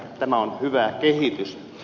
tämä on hyvä kehitys